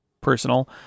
personal